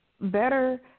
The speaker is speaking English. better